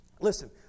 Listen